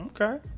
okay